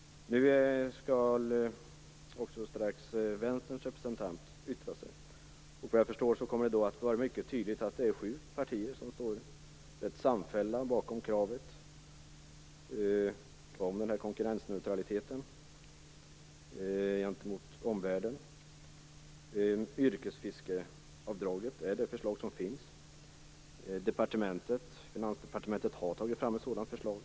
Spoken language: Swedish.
Strax skall också Vänsterns representant yttra sig. Då kommer det att vara mycket tydligt att sju partier står ganska samfällda bakom kravet om den här konkurrensneutraliteten gentemot omvärlden. Yrkesfiskaravdraget är det förslag som finns. Finansdepartementet har tagit fram ett sådant förslag.